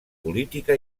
política